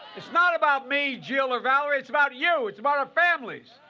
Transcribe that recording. it's not about me, jill or valerie. it's about you. it's about our families.